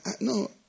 No